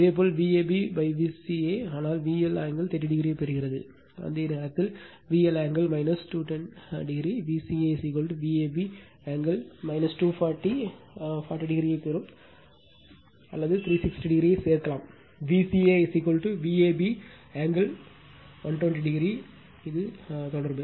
இதேபோல் Vab Vca ஆனால் VL angle 30 ஐப் பெறுகிறது அதே நேரத்தில் VL angle 210o Vca Vab angle 250 40o ஐப் பெறும் அல்லது 360 ஐ சேர்க்கலாம் Vca Vab angle 120o இதுதான் தொடர்பு